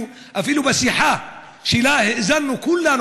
אפילו בשיחה שהאזנו לה כולנו,